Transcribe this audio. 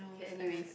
okay anywhere